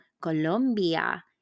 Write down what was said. Colombia